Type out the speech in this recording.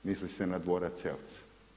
Misli se na dvorac Eltz.